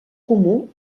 comú